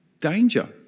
danger